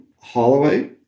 Holloway